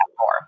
more